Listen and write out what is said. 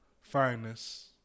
fineness